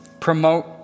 promote